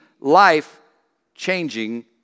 life-changing